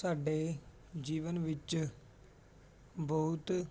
ਸਾਡੇ ਜੀਵਨ ਵਿੱਚ ਬਹੁਤ